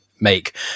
make